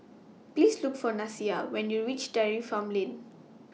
Please Look For Nyasia when YOU REACH Dairy Farm Lane